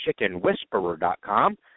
chickenwhisperer.com